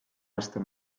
aasta